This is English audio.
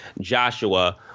Joshua